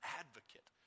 advocate